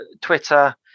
Twitter